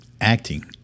acting